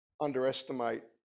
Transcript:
underestimate